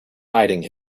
hiding